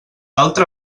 altra